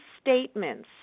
statements